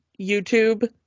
YouTube